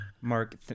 Mark